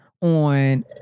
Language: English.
on